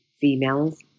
females